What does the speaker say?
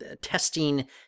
testing